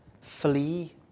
flee